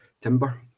Timber